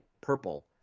purple